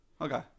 okay